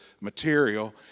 material